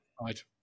Right